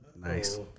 Nice